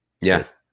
yes